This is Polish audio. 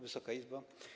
Wysoka Izbo!